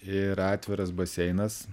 yra atviras baseinas